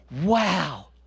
Wow